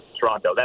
Toronto